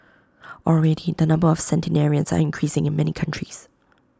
already the number of centenarians are increasing in many countries